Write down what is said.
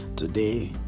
Today